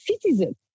citizens